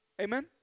Amen